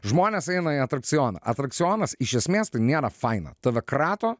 žmonės eina į atrakcioną atrakcionas iš esmės nėra faina tave krato